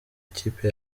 ikipe